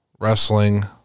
Wrestling